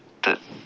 تہٕ